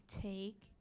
take